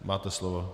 Máte slovo.